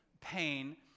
pain